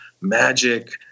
magic